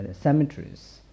cemeteries